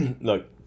look